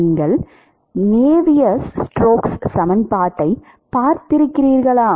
நீங்கள் Navier Stokes stokes சமன்பாட்டைப் பார்த்திருக்கிறீர்களா